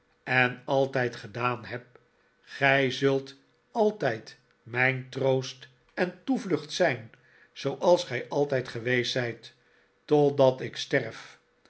en altijd gedaan heb gij zult altijd mijn troost en toevlucht zijn zooals gij altijd geweest zijt totdat ik sterf